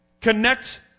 connect